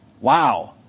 wow